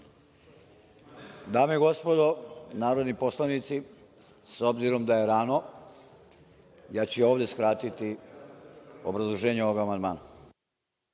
Dame i gospodo narodni poslanici, s obzirom da je rano, ja ću i ovde skratiti obrazloženje ovog amandmana.